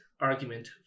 argument